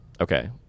okay